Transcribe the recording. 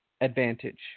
advantage